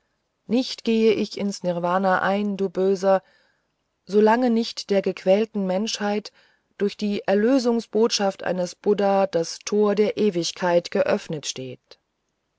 nicht gehe ich ins nirvana ein du böser solange nicht der gequälten menschheit durch die erlösungsbotschaft eines buddha das tor der ewigkeit geöffnet steht